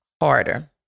harder